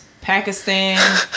Pakistan